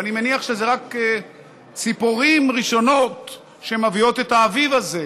ואני מניח שאלה רק ציפורים ראשונות שמביאות את האביב הזה.